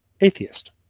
atheist